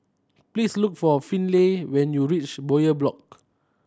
please look for Finley when you reach Bowyer Block